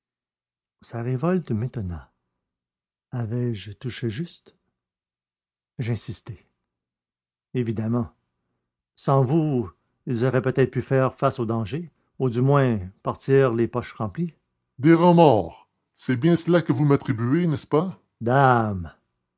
sa révolte m'étonna avais-je touché juste j'insistai évidemment sans vous ils auraient peut-être pu faire face au danger ou du moins partir les poches remplies des remords c'est bien cela que vous m'attribuez n'est-ce pas dame